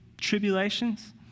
tribulations